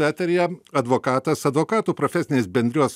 eteryje advokatas advokatų profesinės bendrijos